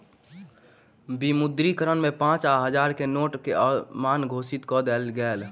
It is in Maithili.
विमुद्रीकरण में पाँच आ हजार के नोट के अमान्य घोषित कअ देल गेल